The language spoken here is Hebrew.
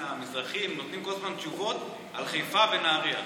המזרחי הם נותנים כל הזמן תשובות על חיפה ונהריה.